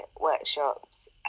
workshops